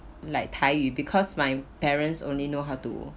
like tai yu because my parents only know how to